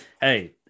Hey